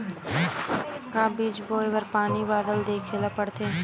का बीज बोय बर पानी बादल देखेला पड़थे?